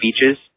speeches